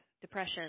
depression